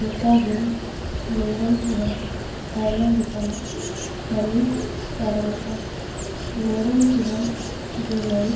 ᱚᱱᱠᱟᱜᱮ ᱢᱮᱨᱚᱢ ᱛᱮᱦᱚᱸ ᱟᱭᱢᱟ ᱞᱮᱠᱟᱱᱟᱜ ᱠᱟᱹᱢᱤ ᱯᱟᱨᱚᱢᱚᱜᱼᱟ ᱢᱮᱨᱚᱢ ᱛᱮᱫᱚ ᱡᱮᱢᱚᱱ